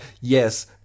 yes